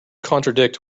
contradict